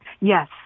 Yes